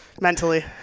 mentally